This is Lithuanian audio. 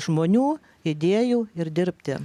žmonių idėjų ir dirbti